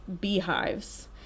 beehives